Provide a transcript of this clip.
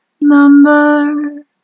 number